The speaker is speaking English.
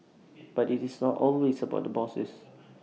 but IT is not always about the bosses